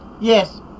Yes